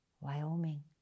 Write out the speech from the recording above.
wyoming